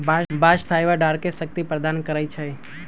bast fibre डांरके शक्ति प्रदान करइ छै